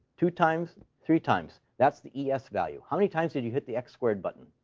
two times, three times. that's the es value. how many times did you hit the x-squared button?